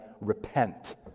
repent